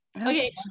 okay